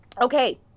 okay